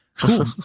Cool